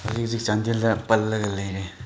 ꯍꯧꯖꯤꯛ ꯍꯧꯖꯤꯛ ꯆꯥꯟꯗꯦꯜꯗ ꯄꯜꯂꯒ ꯂꯩꯔꯦ